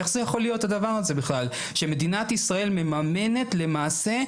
איך זה יכול להיות הדבר הזה בכלל שמדינת ישראל מממנת למעשה,